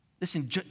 Listen